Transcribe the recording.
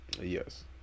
yes